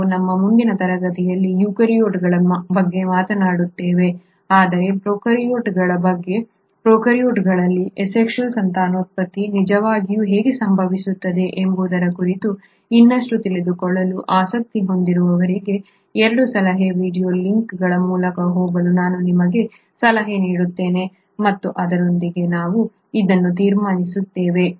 ನಾವು ನಮ್ಮ ಮುಂದಿನ ತರಗತಿಯಲ್ಲಿ ಯೂಕ್ಯಾರಿಯೋಟ್ಗಳ ಬಗ್ಗೆ ಮಾತನಾಡುತ್ತೇವೆ ಆದರೆ ಪ್ರೊಕಾರ್ಯೋಟ್ಗಳ ಬಗ್ಗೆ ಮತ್ತು ಪ್ರೊಕಾರ್ಯೋಟ್ಗಳಲ್ಲಿ ಅಸೆಕ್ಷುಯಲ್ ಸಂತಾನೋತ್ಪತ್ತಿ ನಿಜವಾಗಿಯೂ ಹೇಗೆ ಸಂಭವಿಸುತ್ತದೆ ಎಂಬುದರ ಕುರಿತು ಇನ್ನಷ್ಟು ತಿಳಿದುಕೊಳ್ಳಲು ಆಸಕ್ತಿ ಹೊಂದಿರುವವರಿಗೆ 2 ಸಲಹೆ ವೀಡಿಯೊ ಲಿಂಕ್ಗಳ ಮೂಲಕ ಹೋಗಲು ನಾನು ನಿಮಗೆ ಸಲಹೆ ನೀಡುತ್ತೇನೆ ಮತ್ತು ಅದರೊಂದಿಗೆ ನಾವು ಇದನ್ನು ತೀರ್ಮಾನಿಸುತ್ತೇವೆ